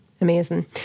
amazing